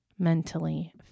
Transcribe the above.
mentally